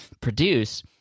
produce